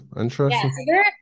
interesting